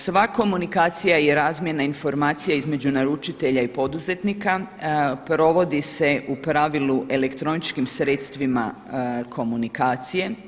Sva komunikacija i razmjena informacija između naručitelja i poduzetnika provodi se u pravilu elektroničkim sredstvima komunikacije.